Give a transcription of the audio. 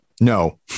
no